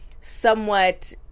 somewhat